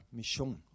mission